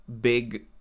big